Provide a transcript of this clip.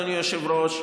אדוני היושב-ראש,